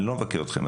אני לא מבקר אתכם,